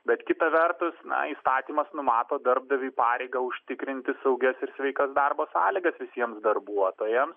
bet kita vertus na įstatymas numato darbdaviui pareigą užtikrinti saugias ir sveikas darbo sąlygas visiems darbuotojams